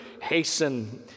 Hasten